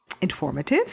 Informative